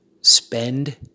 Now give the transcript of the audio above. Spend